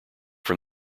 from